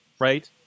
right